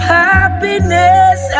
happiness